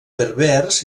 berbers